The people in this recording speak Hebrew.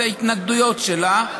את ההתנגדויות שלה,